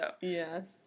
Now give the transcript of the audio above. Yes